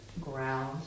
ground